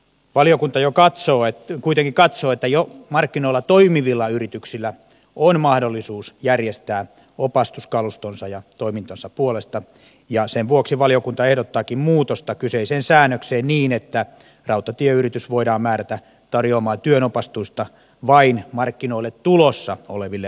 valiokunta kuitenkin katsoo että jo markkinoilla toimivilla yrityksillä on mahdollisuus järjestää opastus kalustonsa ja toimintansa puolesta ja sen vuoksi valiokunta ehdottaakin muutosta kyseiseen säännökseen niin että rautatieyritys voidaan määrätä tarjoamaan työnopastusta vain markkinoille tulossa oleville uusille toimijoille